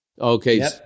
okay